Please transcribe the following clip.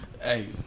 Hey